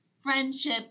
friendship